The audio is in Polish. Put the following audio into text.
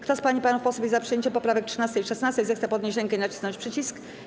Kto z pań i panów posłów jest za przyjęciem poprawek 13. i 16., zechce podnieść rękę i nacisnąć przycisk.